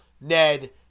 Ned